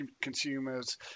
consumers